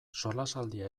solasaldia